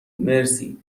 مرسی